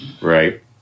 right